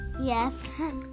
yes